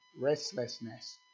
Restlessness